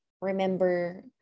remember